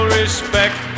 respect